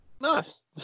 Nice